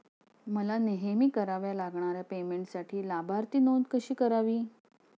मला नेहमी कराव्या लागणाऱ्या पेमेंटसाठी लाभार्थी नोंद कशी करावी?